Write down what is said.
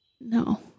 No